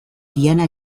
diana